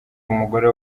umugore